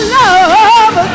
love